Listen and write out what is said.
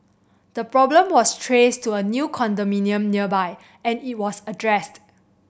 the problem was traced to a new condominium nearby and it was addressed